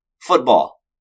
Football